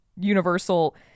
universal